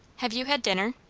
have you had dinner?